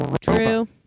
True